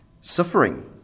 suffering